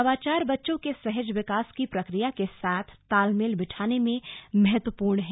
नवाचार बच्चों के सहज विकास की प्रकिया के साथ तालमेल बिठाने में महत्वपूर्ण हैं